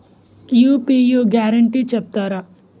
UPI guarantee చెప్తారా?